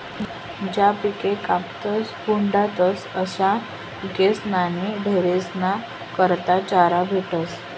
ज्या पिके कापातस खुडातस अशा पिकेस्पाशीन ढोरेस्ना करता चारा भेटस